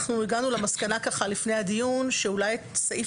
הגענו למסקנה לפני הדיון שאולי את סעיף